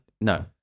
No